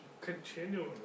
continually